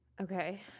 Okay